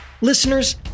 Listeners